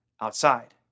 outside